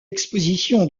exposition